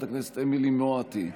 קיים אבל מוותר.